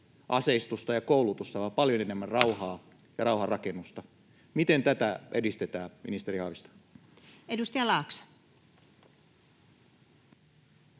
aseistusta ja koulutusta vaan paljon enemmän rauhaa ja rauhanrakennusta. Miten tätä edistetään, ministeri Haavisto? Edustaja Laakso.